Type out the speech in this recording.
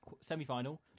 semi-final